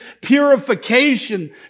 purification